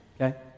okay